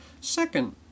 Second